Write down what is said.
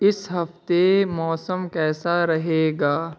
اس ہفتے موسم کیسا رہے گا